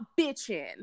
bitching